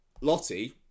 Lottie